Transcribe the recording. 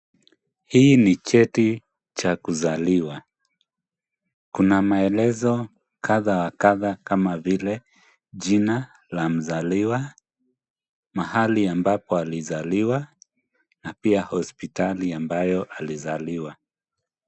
Hii ni cheti cha kuzaliwa. Kuna maelezo kadhaa wa kadhaa kama vile jina la mzaliwa, mahali ambapo alizaliwa na pia hospitali ambayo alizaliwa.